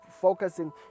focusing